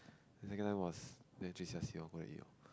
then second time was J_C_R_C loh then go there eat loh